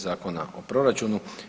Zakona o proračunu.